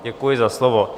Děkuji za slovo.